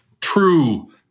true